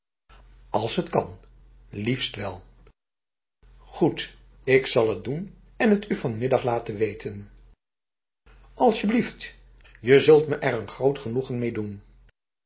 als het kan liefst welf goed ik zal het doen en het u vanmiddag laten wetenf asjeblieft je zult me er een groot genoegen mee